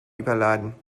überladen